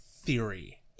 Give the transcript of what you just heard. theory